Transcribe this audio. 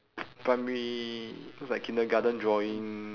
primary looks like kindergarten drawing